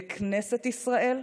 בכנסת ישראל,